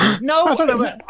No